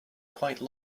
quite